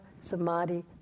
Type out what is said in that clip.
samadhi